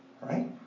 right